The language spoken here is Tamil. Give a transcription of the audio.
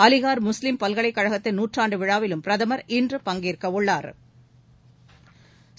அலிகா் முஸ்லீம் பல்கலைக் கழகத்தின் நூற்றாண்டு விழாவிலும் பிரதம் இன்று பங்கேற்க உள்ளா்